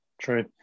true